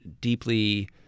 deeply